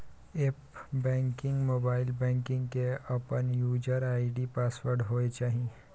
app banking, mobile banking के अपन user ID password होय चाहिए